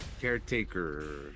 Caretaker